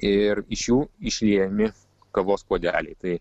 ir iš jų išliejami kavos puodeliai tai